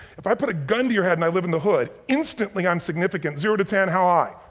if i put a gun to your head and i live in the hood, instantly i'm significant. zero to ten, how high?